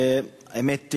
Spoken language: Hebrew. האמת,